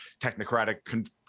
technocratic